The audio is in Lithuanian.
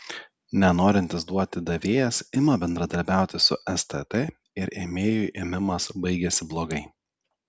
nenorintis duoti davėjas ima bendradarbiauti su stt ir ėmėjui ėmimas baigiasi blogai